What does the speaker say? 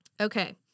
Okay